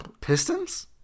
Pistons